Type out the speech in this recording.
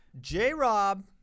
J-Rob